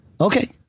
Okay